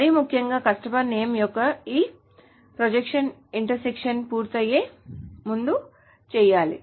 మరీ ముఖ్యంగా customer name యొక్క ఈ ప్రొజెక్షన్ ఇంటర్సెక్షన్ పూర్తయ్యే ముందు చేయాలి